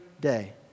day